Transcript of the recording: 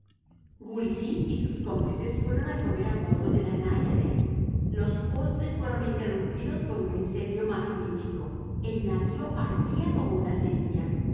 gu ly y sus cómplices fueron a comer a bordo de la náyade los postres fueron interrumpidos por un incendio magnífico el navío ardía como una cerilla